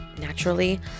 naturally